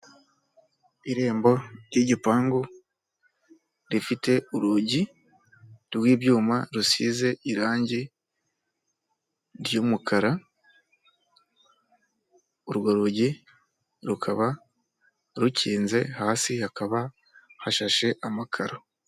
Irembo ry'igipangu rifite urugi rw'ibyuma rusize irangi ry'umukara, urwo rugi rukaba rukinze, hasi hakaba hashashe amakaro.